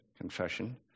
confession